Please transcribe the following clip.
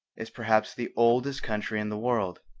is perhaps the oldest country in the world.